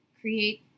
create